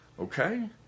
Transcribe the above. Okay